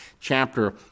chapter